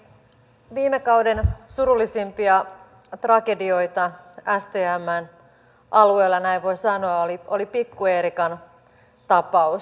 viime kauden surullisimpia tragedioita stmn alueella näin voi sanoa oli pikku eerikan tapaus